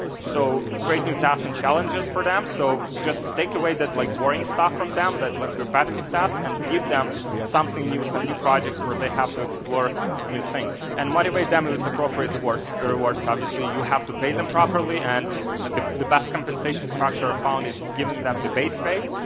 so create new tasks and challenges for them. so just take away that like boring stuff from them that like repetitive tasks, and give them something new, some new projects where they have to explore new things. and motivate them use appropriate rewards. obviously you have to pay them properly and the the best compensation structure i found, is give them them the base pay,